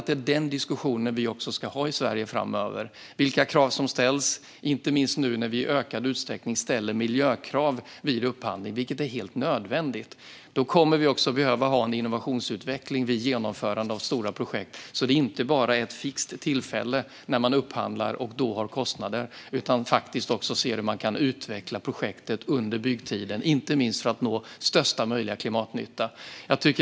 Det är den diskussionen om vilka krav som ska ställas som vi ska ha i Sverige framöver, inte minst när vi i ökad utsträckning ställer högre miljökrav i upphandlingar. Det är helt nödvändigt. Det kommer att finnas behov av innovationsutveckling vid genomförande av stora projekt. Det är inte bara fråga om att vid ett fixt tillfälle vid en upphandling ta fram kostnader, utan det handlar också om att projekt kan utvecklas under byggtiden, inte minst för att nå största möjliga klimatnytta.